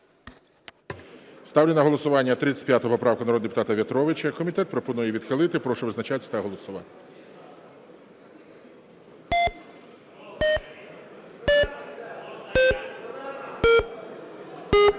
Ставлю на голосування 35 поправку народного депутата В'ятровича. Комітет пропонує відхилити. Прошу визначатися та голосувати. 12:50:07